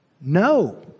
no